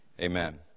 Amen